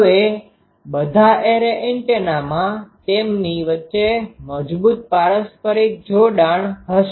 હવે બધા એરે એન્ટેનામાં તેમની વચ્ચે મજબૂત પારસ્પરિક જોડાણ હશે